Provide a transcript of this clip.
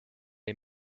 est